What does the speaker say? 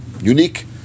unique